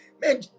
man